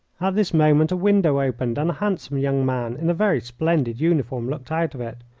this moment a window opened, and a handsome young man in a very splendid uniform looked out of it.